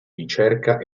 ricerca